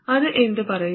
അതു എന്തു പറയുന്നു